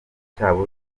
cyabo